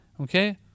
Okay